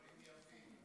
דברים יפים.